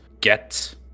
Get